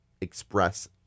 express